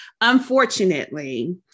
unfortunately